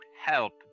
help